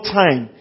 time